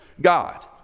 God